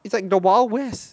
it's like the wild west